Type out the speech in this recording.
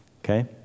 Okay